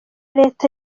leta